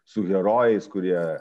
su herojais kurie